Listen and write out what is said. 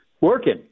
Working